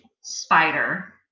spider